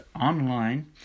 online